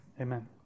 Amen